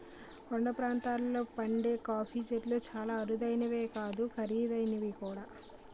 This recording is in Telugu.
కొండ ప్రాంతాల్లో పండే కాఫీ చెట్లు చాలా అరుదైనవే కాదు ఖరీదైనవి కూడా